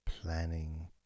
planning